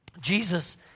Jesus